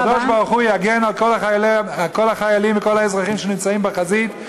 אז הקדוש-ברוך-הוא יגן על כל החיילים ועל כל האזרחים שנמצאים בחזית,